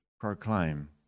proclaim